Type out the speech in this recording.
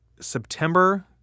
September